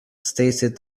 stated